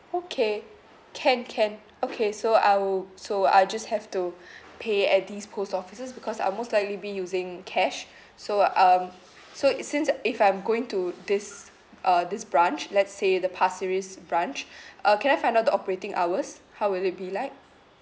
okay can can okay so I wou~ so I'll just have to pay at these post offices because I'll most likely be using cash so um so it since if I'm going to this uh this branch let's say the pasir ris branch uh can I find out the operating hours how will it be like